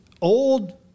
Old